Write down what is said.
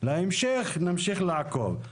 להמשך נמשיך לעקוב.